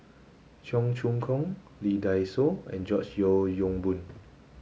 Cheong Choong Kong Lee Dai Soh and George Yeo Yong Boon